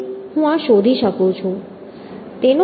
તેથી હું આ શોધી શકું છું